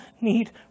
need